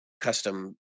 custom